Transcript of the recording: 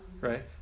right